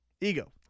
ego